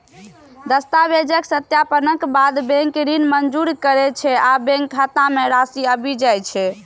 दस्तावेजक सत्यापनक बाद बैंक ऋण मंजूर करै छै आ बैंक खाता मे राशि आबि जाइ छै